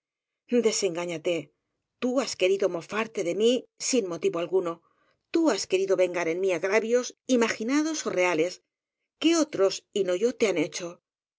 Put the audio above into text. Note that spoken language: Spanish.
ñate tú has querido mofarte de mí sin motivo al guno tú has querido vengar en mí agravios ima ginados ó reales que otros y no yo te han hecho